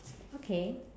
okay